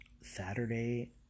Saturday